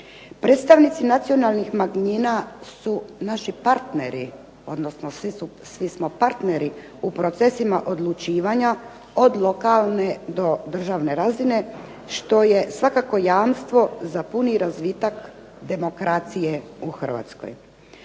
Predstavnici nacionalnih manjina su naši partneri, odnosno svi smo partneri u procesima odlučivanja od lokalne do državne razine što je svakako jamstvo za puni razvitak demokracije u Hrvatskoj.